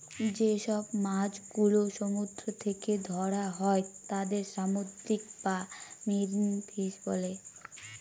যেসব মাছ গুলো সমুদ্র থেকে ধরা হয় তাদের সামুদ্রিক বা মেরিন ফিশ বলে